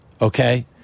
okay